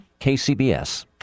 KCBS